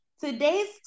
today's